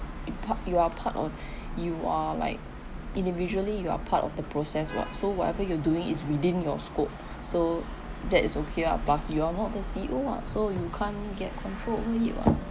a part you are part on you are like individually you are part of the process what so whatever you're doing is within your scope so that is okay ah plus you are not the C_E_O ah so you can't get control over it what